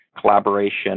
collaboration